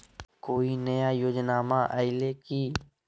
कोइ नया योजनामा आइले की?